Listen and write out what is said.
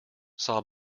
saw